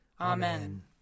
Amen